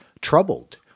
troubled